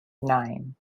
nine